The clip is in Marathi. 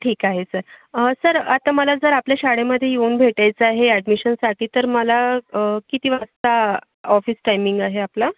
ठीक आहे सर सर आता मला जर आपल्या शाळेमध्ये येऊन भेटायचं आहे ॲडमिशनसाठी तर मला किती वाजता ऑफिस टायमिंग आहे आपलं